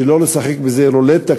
שלא לשחק בזה רולטה,